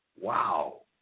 Wow